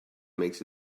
makes